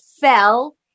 fell